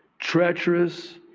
treacherous,